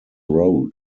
road